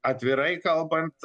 atvirai kalbant